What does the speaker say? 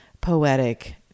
poetic